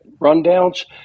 rundowns